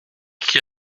qui